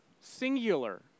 singular